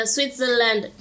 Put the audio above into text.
Switzerland